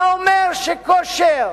אתה אומר שכושר